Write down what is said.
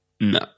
No